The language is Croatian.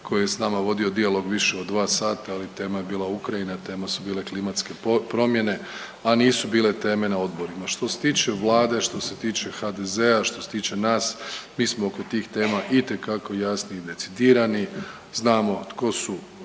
koji je sa nama vodio dijalog više od dva sata, ali tema je bila Ukrajina, tema su bile klimatske promjene, a nisu bile teme na odborima. Što se tiče Vlade, što se tiče HDZ-a, što se tiče nas mi smo oko tih tema itekako jasni i decidirani znamo tko su